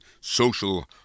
social